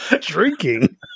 Drinking